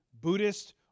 Buddhist